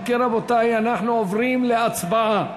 אם כן, רבותי, אנחנו עוברים להצבעה.